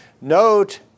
note